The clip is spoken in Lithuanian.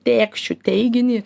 tėkšiu teiginį